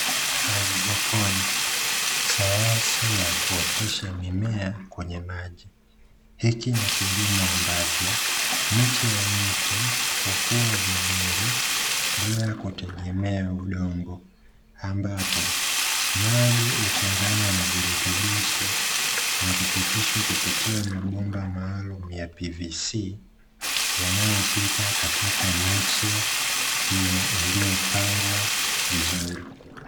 Hydroponi sayansi ya kuotesha mimea kwenye maji. Hiki ni kilimo ambacho miche ya miti hukua vizuri bila kutegemea udongo ambapo maji huchanganywa na virutubishi na kupitishwa kupitia mabomba maalum ya pvc, yanayopita katika miche hiyo iliyopangwa vizuri.